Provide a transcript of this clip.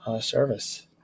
service